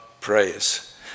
praise